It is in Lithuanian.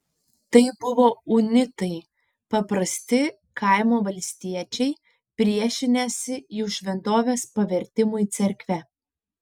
tai buvo unitai paprasti kaimo valstiečiai priešinęsi jų šventovės pavertimui cerkve